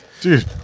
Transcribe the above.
Dude